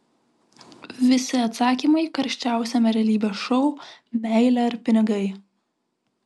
visi atsakymai karščiausiame realybės šou meilė ar pinigai